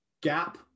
gap